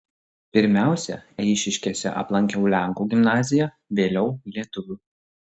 pirmiausia eišiškėse aplankiau lenkų gimnaziją vėliau lietuvių